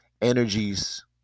Energies